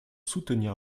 soutenir